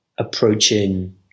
approaching